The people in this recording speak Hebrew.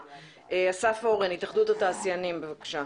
אסף אורן מהתאחדות התעשיינים, בבקשה.